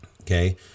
okay